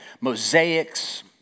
mosaics